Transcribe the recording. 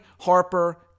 Harper